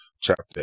chapter